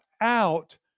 out